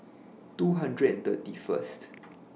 two hundred and thirty First